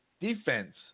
defense